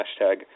hashtag